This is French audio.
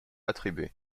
attribués